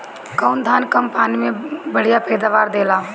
कौन धान कम पानी में बढ़या पैदावार देला?